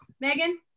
Megan